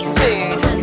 Smooth